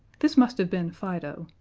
this must have been fido.